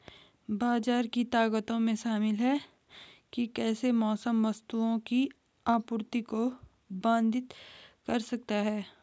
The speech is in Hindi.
बाजार की ताकतों में शामिल हैं कि कैसे मौसम वस्तुओं की आपूर्ति को बाधित कर सकता है